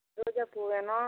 ரோஜா பூ வேணும்